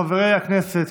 חברי הכנסת,